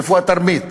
איפה התרמית?